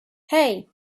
hey